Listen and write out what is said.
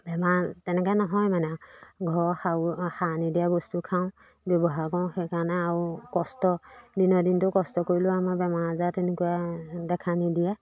বেমাৰ তেনেকৈ নহয় মানে ঘৰ সাউ সাৰ নিদিয়া বস্তু খাওঁ ব্যৱহাৰ কৰোঁ সেইকাৰণে আৰু কষ্ট দিনৰ দিনটো কষ্ট কৰিলেও আমাৰ বেমাৰ আজাৰ তেনেকুৱা দেখা নিদিয়ে